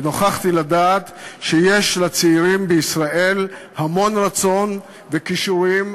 ונוכחתי לדעת שיש לצעירים בישראל המון רצון וכישורים,